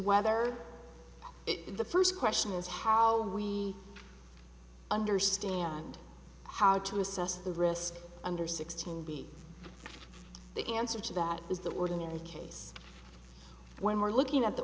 whether the first question is how we understand how to assess the risk under sixteen be the answer to that is the ordinary case when we're looking at the